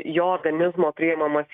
jo organizmo priimamas